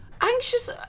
Anxious